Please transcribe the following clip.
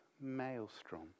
maelstrom